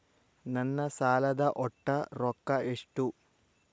ನನ್ನ ಸಾಲದ ಒಟ್ಟ ರೊಕ್ಕ ಎಷ್ಟು?